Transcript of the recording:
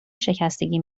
شکستگی